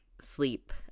sleep